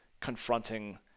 confronting